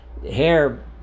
Hair